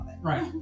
Right